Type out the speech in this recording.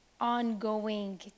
ongoing